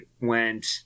went